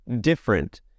different